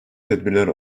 tedbirler